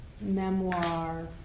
memoir